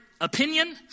opinion